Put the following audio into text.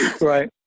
right